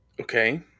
Okay